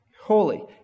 Holy